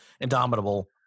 indomitable